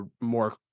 more